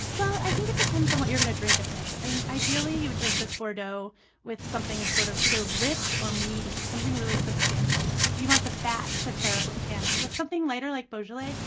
i think it depends on what you're going to drink it with. and ideally, you would drink this bordeaux with something sort of either rich or meaty something really substantial. you want the fat to pair up with tannin with something lighter like beaujolais,